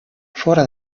fora